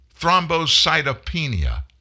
thrombocytopenia